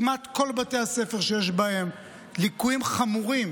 כמעט כל בתי הספר שיש בהם ליקויים חמורים